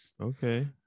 okay